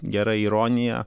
gera ironija